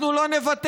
אנחנו לא נוותר,